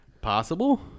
Possible